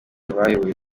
bayoboye